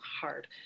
hard